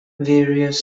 various